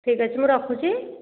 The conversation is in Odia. ଠିକ୍ ଅଛି ମୁଁ ରଖୁଛି